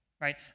right